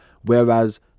whereas